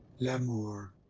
l'amour!